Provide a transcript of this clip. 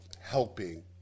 helping